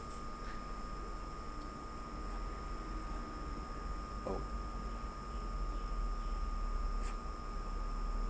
oh